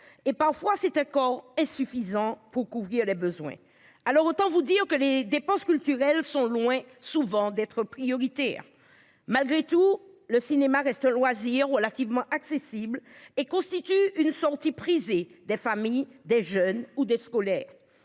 et parfois cet accord est suffisant pour couvrir les besoins. Alors autant vous dire que les dépenses culturelles sont loin souvent d'être prioritaire. Malgré tout le cinéma reste loisir relativement accessible et constitue une sortie prisée des familles des jeunes ou des scolaires.